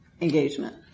engagement